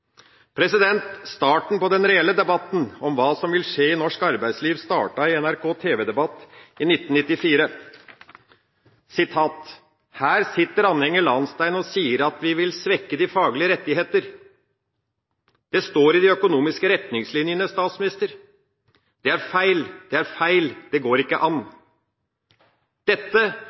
Starten på den reelle debatten om hva som vil skje i norsk arbeidsliv, var i en TV-debatt på NRK i 1994: – Her sitter Anne Enger Lahnstein og sier at vi vil svekke de faglige rettigheter. – Det står i de økonomiske retningslinjene, statsminister. – Det er feil, det går ikke an. Dette